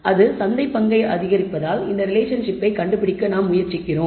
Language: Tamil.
அது சந்தைப் பங்கை அதிகரிப்பதால் இந்த ரிலேஷன்ஷிப்பை கண்டுபிடிக்க நாம் முயற்சிக்கிறோம்